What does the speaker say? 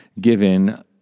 given